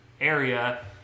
area